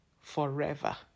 forever